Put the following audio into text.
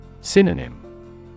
Synonym